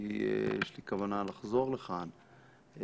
כי יש לי כוונה לחזור לכאן,